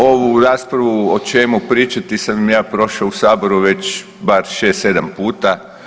Ovu raspravu o čemu pričati sam ja prošao u saboru već bar 6-7 puta.